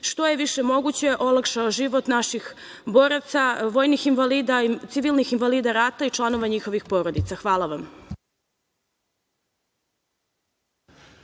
što je više moguće olakšao život naših boraca, vojnih invalida, civilnih invalida rata i članova njihovih porodica. Hvala vam.